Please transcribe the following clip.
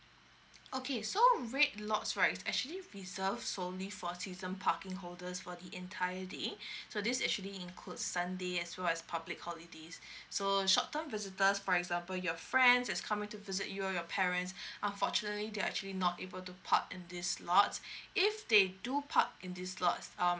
okay so red lots right is actually reserve solely for season parking holders for the entire day so this actually include sunday as well as public holidays so short term visitors for example your friend is coming to visit you even your parents unfortunately they are actually not able to park in this lot if they do park in this lots um